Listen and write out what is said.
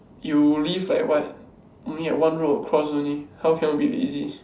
you live like what only at one road across only how cannot it be easy